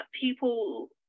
people